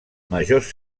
majors